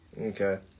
Okay